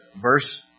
verse